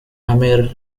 amir